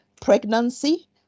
pregnancy